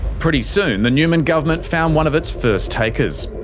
pretty soon, the newman government found one of its first takers.